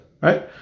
Right